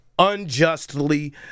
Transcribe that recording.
unjustly